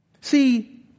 See